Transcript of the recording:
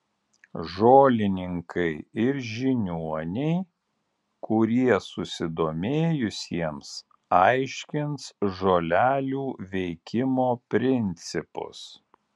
žolininkai ir žiniuoniai kurie susidomėjusiems aiškins žolelių veikimo principus